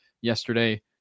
yesterday